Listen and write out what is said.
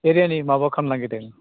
एरियानि माबा खालामनो नागिरदों